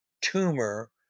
tumor